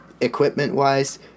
equipment-wise